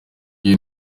iyi